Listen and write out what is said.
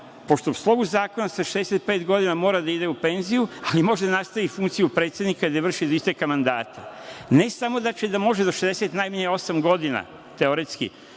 pošto u slovu zakona sa 65 godina mora da ide u penziju, ali može da nastavi funkciju predsednika i da je vrši do isteka mandata, ne samo da može do šezdeset, najmanje osam godina teoretski,